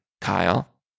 Kyle